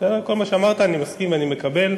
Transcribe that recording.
עם כל מה שאמרת אני מסכים, ואני מקבל,